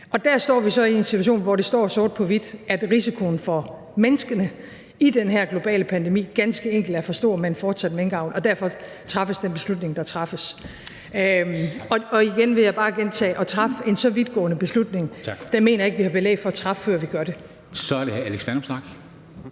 Og der står vi så i en situation, hvor det står sort på hvidt, at risikoen for menneskene i den her globale pandemi ganske enkelt er for stor med en fortsat minkavl, og derfor træffes den beslutning, der træffes. Jeg vil bare igen gentage: At træffe en så vidtgående beslutning – den mener jeg ikke vi har belæg for at træffe, før vi gør det. Kl. 13:22 Formanden (Henrik